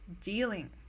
dealing